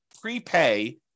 prepay